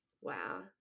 wow